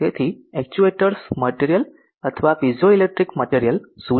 તેથી actuators material અથવા piezoelectric material શું છે